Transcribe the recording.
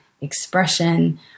expression